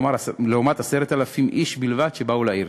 לעומת כ-10,000 איש בלבד שבאו לעיר,